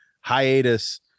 hiatus